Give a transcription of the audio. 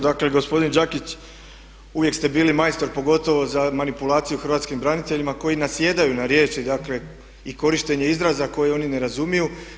Dakle gospodin Đakić, uvijek ste bili majstor pogotovo za manipulaciju Hrvatskim braniteljima koji nasjedaju na riječi dakle i korištenje izraza koje oni ne razumiju.